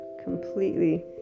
completely